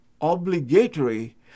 obligatory